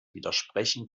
widersprechen